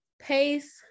pace